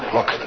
Look